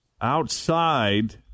outside